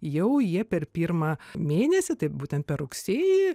jau jie per pirmą mėnesį tai būtent per rugsėjį